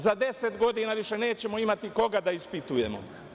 Za 10 godina više nećemo imati koga da ispitujemo.